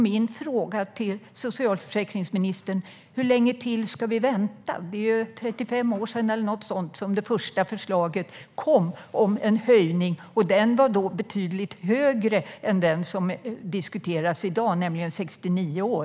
Min fråga till socialförsäkringsministern är hur länge till vi ska vänta. Det är ju 35 år sedan, eller något sådant, som det första förslaget om en höjning av pensionsåldern kom - och då föreslogs en betydligt högre ålder än den som diskuteras i dag, nämligen 69 år.